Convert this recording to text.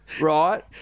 right